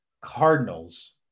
Cardinals